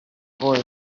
boy